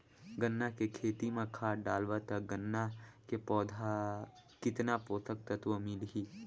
गन्ना के खेती मां खाद डालबो ता गन्ना के पौधा कितन पोषक तत्व मिलही?